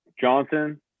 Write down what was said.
Johnson